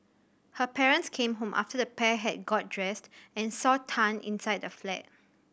her parents came home after the pair had got dressed and saw Tan inside the flat